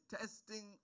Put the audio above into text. testing